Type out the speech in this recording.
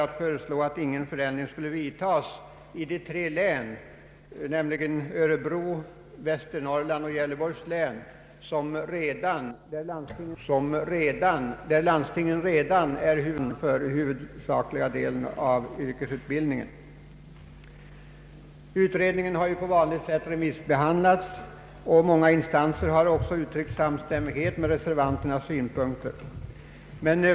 Vi föreslog att inga förändringar borde vidtas i de tre län, nämligen Örebro, Västernorrlands och Gävleborgs län, vilka för närvarande är huvudmän för större delen av yrkesutbildningen. Utredningen har på vanligt sätt remissbehandlats, och många instanser har också instämt i reservanternas synpunkter.